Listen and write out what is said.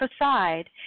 aside